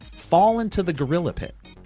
fall into the gorilla pit.